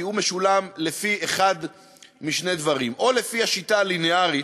משולם לפי אחד משני דברים: או לפי השיטה הלינארית,